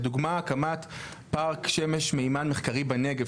לדוגמה: הקמת פארק שמש-מימן מחקרי בנגב,